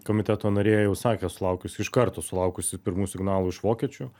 komiteto narė jau sakė sulaukusi iš karto sulaukusi pirmų signalų iš vokiečių